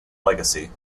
legacy